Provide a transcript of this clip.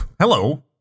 Hello